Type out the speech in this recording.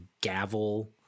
gavel